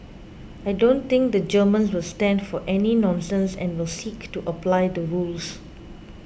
I don't think the Germans will stand for any nonsense and will seek to apply the rules